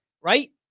right